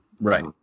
Right